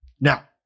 Now